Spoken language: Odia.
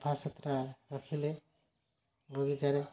ସଫାସୁତୁରା ରଖିଲେ ବଗିଚାରେ